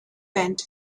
pent